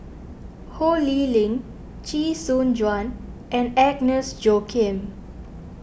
Ho Lee Ling Chee Soon Juan and Agnes Joaquim